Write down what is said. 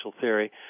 theory